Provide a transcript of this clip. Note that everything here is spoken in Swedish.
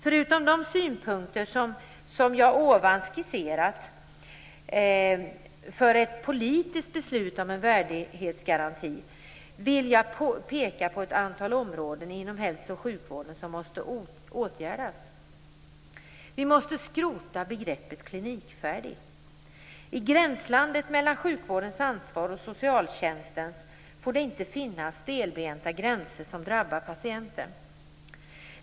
Förutom de synpunkter jag ovan skisserat som motiv för ett politiskt beslut om en värdighetsgaranti vill jag peka på ett antal områden inom hälso och sjukvården som måste åtgärdas. Vi måste skrota begreppet klinikfärdig. I gränslandet mellan sjukvårdens ansvar och socialtjänstens får det inte finnas stelbenta gränser som drabbar patienten.